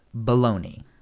baloney